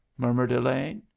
murmured elaine.